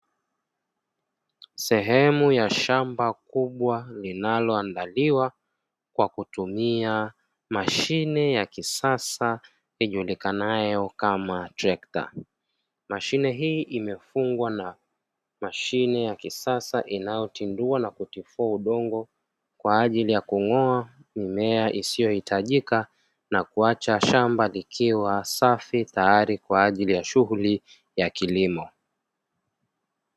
Sehemu ya shamba kubwa linaloandaliwa kwa kutumia mashine ya kisasa ijulikanayo kama trekta. Mashine hii imefungwa na mashine ya kisasa inayotimdua na kutifua udongo kwa ajili ya kung'oa mimea isiyohitajika na kuacha shamba likiwa safi, tayari kwa ajili ya shughuli za kilimo.